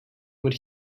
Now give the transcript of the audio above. would